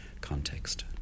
context